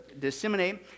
disseminate